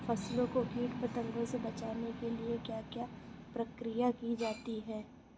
फसलों को कीट पतंगों से बचाने के लिए क्या क्या प्रकिर्या की जाती है?